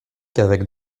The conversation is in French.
qu’avec